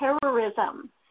terrorism